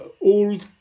old